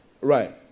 Right